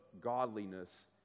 godliness